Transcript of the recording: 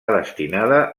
destinada